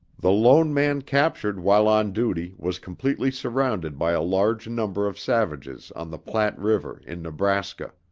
the lone man captured while on duty was completely surrounded by a large number of savages on the platte river in nebraska.